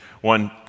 one